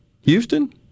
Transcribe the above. Houston